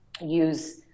use